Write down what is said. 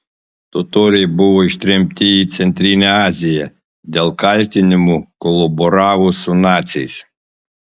totoriai buvo ištremti į centrinę aziją dėl kaltinimų kolaboravus su naciais